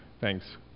Thanks